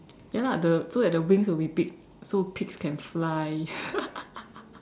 ya lah the so that the wings will be big so pigs can fly